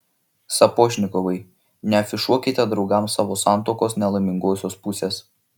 sapožnikovai neafišuokite draugams savo santuokos nelaimingosios pusės